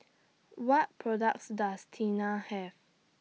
What products Does Tena Have